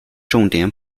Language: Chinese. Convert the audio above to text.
重点